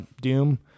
Doom